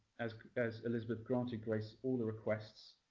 as as elizabeth granted grace all the requests,